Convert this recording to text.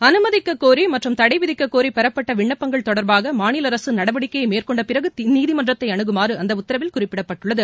அனுமதிக்கக்கோரி மற்றும் தடை விதிக்கக்கோரி பெறப்பட்ட விண்ணப்பங்கள் தொடர்பாக மாநில அரசு நடவடிக்கையை மேற்கொண்ட பிறகு நீதிமன்றத்தை அனுகுமாறு அந்த உத்தரவில் குறிப்பிடப்பட்டுள்ளது